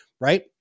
right